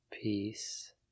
Peace